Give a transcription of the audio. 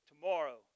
tomorrow